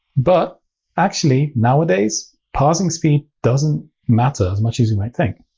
but actually, nowadays parsing speed doesn't matter as much as you might think.